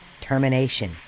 termination